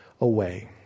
away